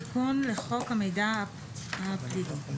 תיקון לחוק המידע הפלילי6.